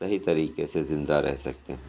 صحیح طریقے سے زندہ رہ سکتے ہیں